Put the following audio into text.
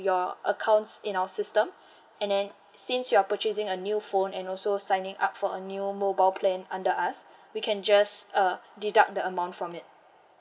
your accounts in our system and then since you are purchasing a new phone and also signing up for a new mobile plan under us we can just uh deduct the amount from it